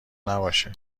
نباشه